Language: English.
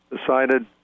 decided